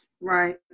right